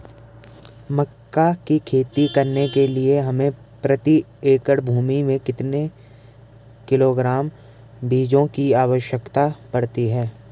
मक्का की खेती करने के लिए हमें प्रति एकड़ भूमि में कितने किलोग्राम बीजों की आवश्यकता पड़ती है?